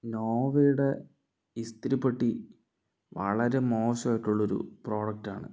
നോവയുടെ ഇസ്തിരി പെട്ടി വളരെ മോശമായിട്ടുള്ള ഒരു പ്രോഡക്റ്റാണ്